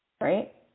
Right